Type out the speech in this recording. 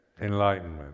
enlightenment